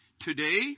today